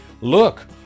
Look